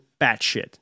batshit